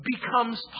becomes